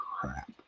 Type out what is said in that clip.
crap